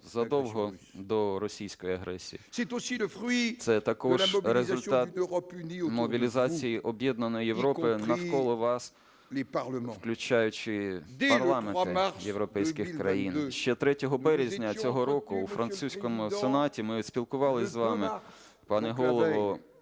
задовго до російської агресії. Це також результат мобілізації об'єднаної Європи навколо вас, включаючи парламенти європейських країн. Ще 3 березня цього року у французькому Сенаті ми спілкувались з вами, пане Голово,